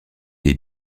est